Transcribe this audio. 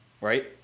right